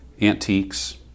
antiques